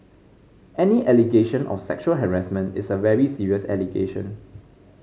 any allegation of sexual harassment is a very serious allegation